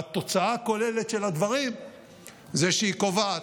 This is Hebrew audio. והתוצאה הכוללת של הדברים זה שהיא קובעת.